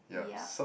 yup